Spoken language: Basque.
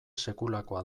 sekulakoa